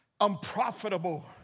unprofitable